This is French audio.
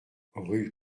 rue